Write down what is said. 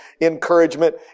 encouragement